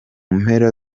mpera